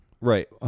Right